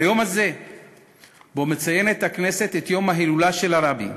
ביום הזה שבו מציינת הכנסת את יום ההילולה של הרבי,